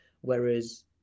whereas